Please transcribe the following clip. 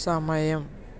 സമയം